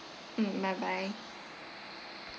mm bye bye